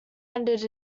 ended